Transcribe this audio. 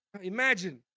Imagine